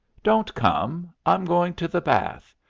don't come. i'm going to the bath.